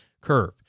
curve